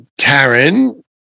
Taryn